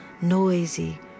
noisy